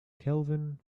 kelvin